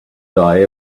die